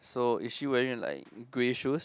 so is wearing like grey shoes